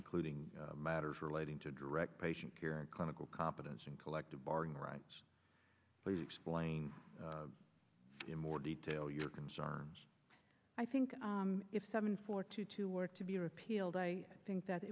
including matters relating to direct patient care and clinical competence and collective bargaining rights please explain in more detail your concerns i think if seven four two two were to be repealed i think that